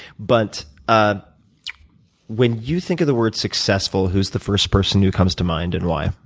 but ah when you think of the word successful, who's the first person who comes to mind and why?